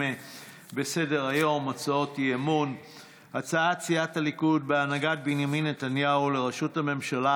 הצעת חוק יום בריאות הנפש,